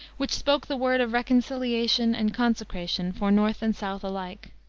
which spoke the word of reconciliation and consecration for north and south alike.